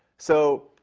so,